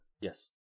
Yes